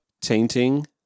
tainting